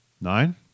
Nine